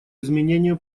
изменению